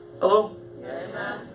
Hello